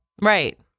right